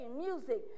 music